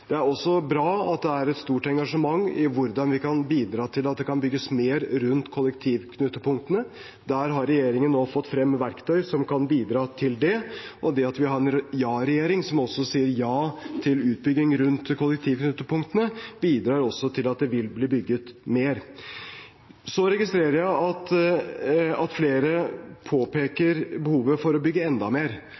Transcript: Det er også bra at det er et stort engasjement i hvordan vi kan bidra til at det kan bygges mer rundt kollektivknutepunktene. Der har regjeringen nå fått frem verktøy som kan bidra til det, og det at vi har en ja-regjering, som også sier ja til utbygging rundt kollektivknutepunktene, bidrar også til at det vil bli bygget mer. Så registrerer jeg at flere påpeker behovet for å bygge enda mer.